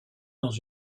dans